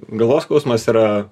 galvos skausmas yra